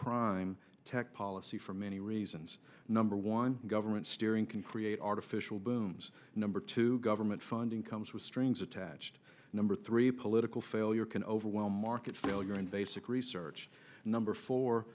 prime tech policy for many reasons number one government steering can create artificial booms number two government funding comes with strings attached number three a political failure can overwhelm market failure and basic research number for